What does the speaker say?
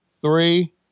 three